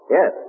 Yes